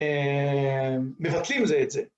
מבטלים את זה.